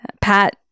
Pat